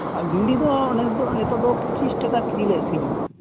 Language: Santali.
ᱟᱨ ᱵᱷᱮᱱᱰᱤᱫᱚ ᱱᱮᱥ ᱫᱚ ᱱᱤᱛᱚᱜ ᱫᱚ ᱯᱚᱸᱪᱤᱥ ᱴᱟᱠᱟ ᱠᱮᱡᱤᱞᱮ ᱟᱠᱷᱨᱤᱧ ᱮᱫᱟ